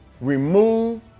Remove